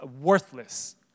worthless